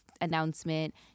announcement